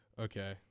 Okay